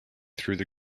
through